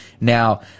Now